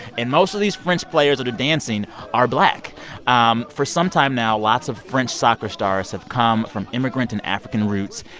and most of these french players that are dancing are black um for some time now, lots of french soccer stars have come from immigrant and african roots.